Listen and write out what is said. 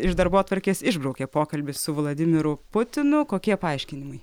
iš darbotvarkės išbraukė pokalbį su vladimiru putinu kokie paaiškinimai